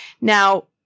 Now